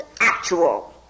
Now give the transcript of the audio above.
actual